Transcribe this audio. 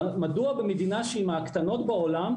מדוע במדינה שהיא מהקטנות בעולם,